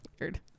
weird